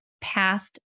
past